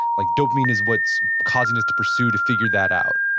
like dopamine is what's causing us to pursue, to figure that out,